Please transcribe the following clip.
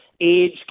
age